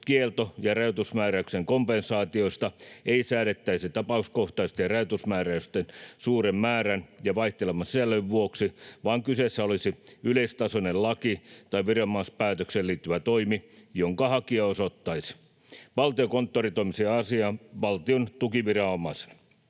kielto- ja rajoitusmääräyksien kompensaatioista ei säädettäisi tapauskohtaisesti rajoitusmääräysten suuren määrän ja vaihtelevan sisällön vuoksi, vaan kyseessä olisi yleistasoinen, lakiin tai viranomaispäätökseen liittyvä toimi, jonka hakija osoittaisi. Valtiokonttori toimisi asiassa valtion tukiviranomaisena.